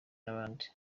n’abandi